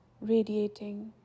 radiating